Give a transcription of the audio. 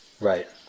Right